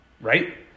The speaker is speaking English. right